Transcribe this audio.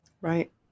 Right